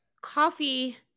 coffee